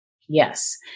Yes